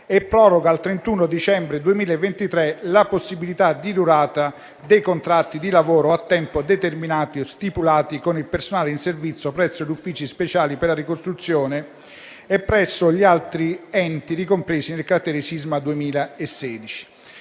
e proroga al 31 dicembre 2023 la possibilità di durata dei contratti di lavoro a tempo determinato stipulati con il personale in servizio presso gli uffici speciali per la ricostruzione e presso gli altri enti ricompresi nel cratere del sisma 2016.